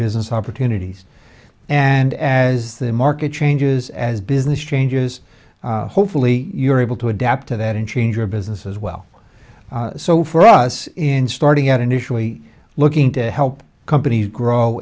business opportunities and as the market changes as business changes hopefully you're able to adapt to that and change your business as well so for us in starting out initially looking to help companies grow